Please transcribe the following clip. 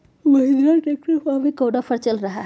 Mahindra tractor पर अभी कोन ऑफर चल रहा है?